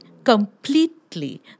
Completely